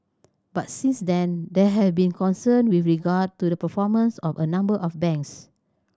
but since then there have been concern with regard to the performance of a number of banks